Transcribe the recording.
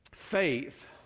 faith